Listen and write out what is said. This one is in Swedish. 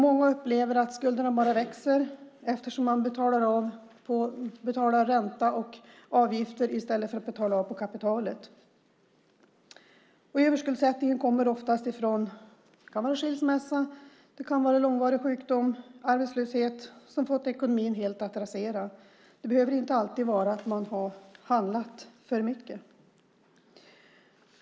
Många upplever att skulderna bara växer, eftersom de betalar ränta och avgifter i stället för att betala av på kapitalet. Överskuldsättningen kan bero på skilsmässa, långvarig sjukdom eller arbetslöshet som fått ekonomin att helt rasera. Den behöver inte alltid bero på att man har konsumerat för mycket.